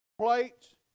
plates